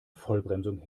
vollbremsung